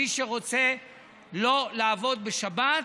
מי שרוצה שלא לעבוד בשבת,